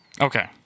Okay